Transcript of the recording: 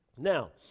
Now